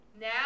Now